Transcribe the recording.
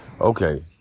Okay